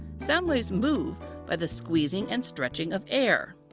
sound waves move by the squeezing and stretching of air.